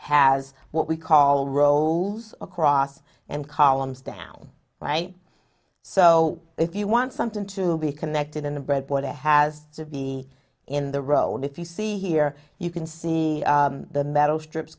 has what we call rolls across and columns down right so if you want something to be connected in the bread there has to be in the row and if you see here you can see the metal strips